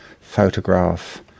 photograph